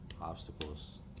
obstacles